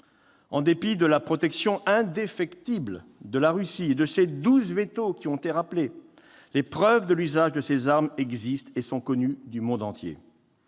En dépit de la protection indéfectible de la Russie et de ses douze veto, les preuves de l'usage de ces armes existent et sont connues du monde entier.